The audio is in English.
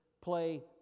play